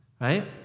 Right